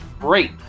Great